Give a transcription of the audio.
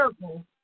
circle